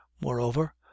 Moreover